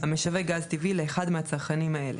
המשווק גז טבעי לאחד מהצרכנים האלה: